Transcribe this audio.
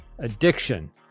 addiction